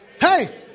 Hey